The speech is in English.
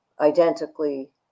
identically